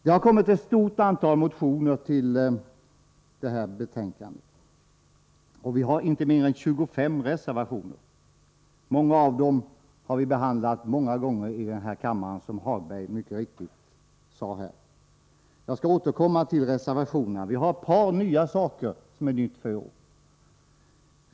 Det har kommit ett stort antal motioner i detta ärende, och vi har inte mindre än 25 reservationer. Många av samma innebörd har vi behandlat åtskilliga gånger i denna kammare, som Lars-Ove Hagberg mycket riktigt sade. Jag skall återkomma till reservationerna. Det är ett par saker som är nya för i år.